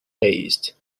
faced